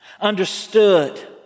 understood